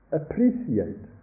appreciate